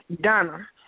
Donna